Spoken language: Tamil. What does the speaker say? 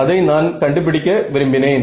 அதை நான் கண்டுபிடிக்க விரும்பினேன்